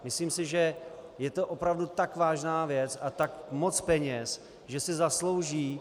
Myslím si, že je to opravdu tak vážná věc a tak moc peněz, že si zaslouží...